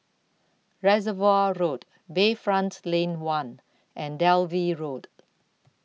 Reservoir Road Bayfront Lane one and Dalvey Road